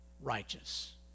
righteous